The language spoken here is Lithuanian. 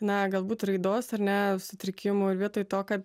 na galbūt raidos ar ne sutrikimų ir vietoj to kad